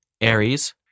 Aries